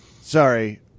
Sorry